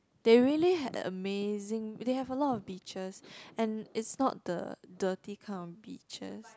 they really had amazing they have a lot of beaches and it's not the dirty kind of beaches